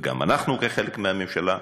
וגם אנחנו, כחלק מהממשלה,